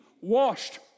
washed